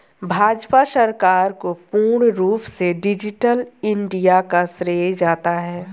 भाजपा सरकार को पूर्ण रूप से डिजिटल इन्डिया का श्रेय जाता है